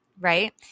right